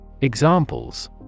Examples